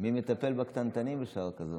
בשעות כאלה?